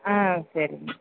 ஆ சரிங்க